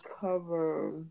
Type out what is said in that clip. cover